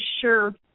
sure